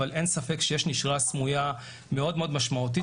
אבל אין ספק שיש נשירה סמויה מאוד-מאוד משמעותית,